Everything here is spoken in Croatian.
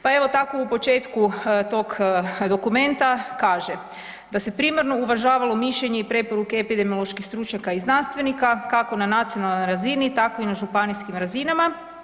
Pa evo, tako u početku tog dokumenta kaže, da se primarno uvažavalo mišljenje i preporuke epidemioloških stručnjaka i znanstvenika, kako na nacionalnoj razini, tako i na županijskim razinama.